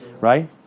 right